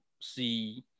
see